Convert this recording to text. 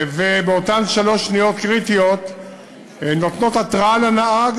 ובאותן שלוש שניות קריטיות הם נותנים התרעה לנהג